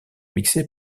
mixé